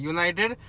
United